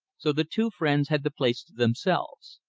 so the two friends had the place to themselves.